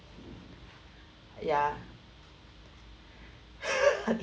ya